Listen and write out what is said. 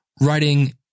writing